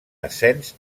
ascens